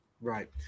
Right